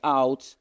out